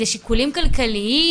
זה שיקולים כלכליים,